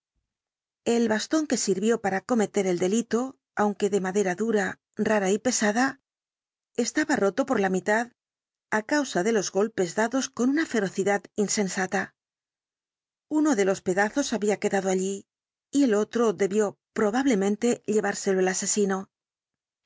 el bastón que sirvió para cometer el delito aunque de madera dura rara y pesada estaba roto por la mitad á causa de los golpes dados con una ferocidad insensata uno de los pedazos había quedado allí y el otro debió probablemente llevárselo el asesino